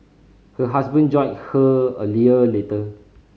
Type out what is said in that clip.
her husband joined her a year later